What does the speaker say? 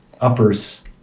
uppers